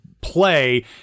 play